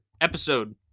episode